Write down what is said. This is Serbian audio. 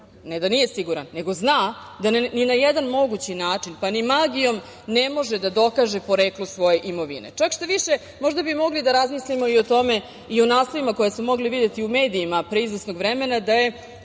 ne da nije siguran nego zna da ni na jedan mogući način, pa ni magijom, ne može da dokaže poreklo svoje imovine. Mogli bi da razmislimo i o tome i o naslovima koje smo mogli da vidimo u medijima, pre izvesnog vremena, da je